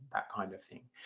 that kind of thing.